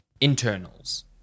internals